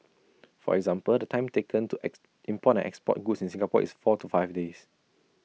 for example the time taken to X import and export goods in Singapore is four to five days